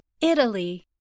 Italy